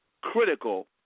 critical